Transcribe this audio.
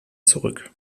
zurück